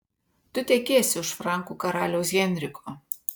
tu tekėsi už frankų karaliaus henriko